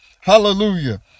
Hallelujah